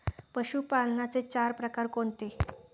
पशुपालनाचे चार प्रकार कोणते?